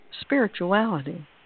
spirituality